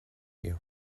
you